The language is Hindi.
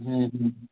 हम्म हम्म हम्म